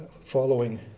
following